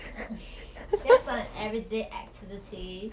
uh that's not an everyday activity